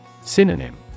Synonym